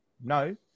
no